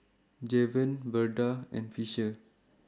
Javen Verda and Fisher